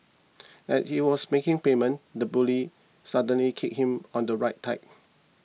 at he was making payment the bully suddenly kicked him on the right thigh